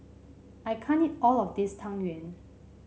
I can't eat all of this Tang Yuen